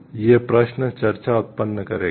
ये प्रश्न चर्चा उत्पन्न करेंगे